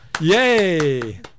Yay